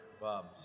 Bob